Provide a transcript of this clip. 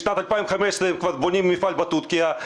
משנת 2015 הם כבר בונים מפעל בטורקיה.